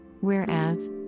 Whereas